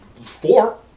four